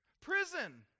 Prison